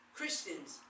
Christians